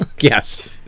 Yes